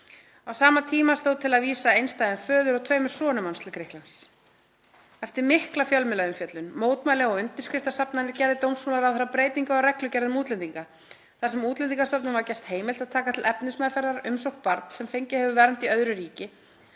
Á sama tíma stóð til að vísa einstæðum föður og tveimur sonum hans til Grikklands. Eftir mikla fjölmiðlaumfjöllun, mótmæli og undirskriftasafnanir gerði dómsmálaráðherra breytingu á reglugerð um útlendinga þar sem Útlendingastofnun var gert heimilt að taka til efnismeðferðar umsókn barns sem fengið hefur vernd í öðru ríki